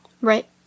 Right